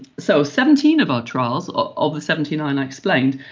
so seventeen of our trials, of the seventy nine i explained,